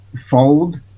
fold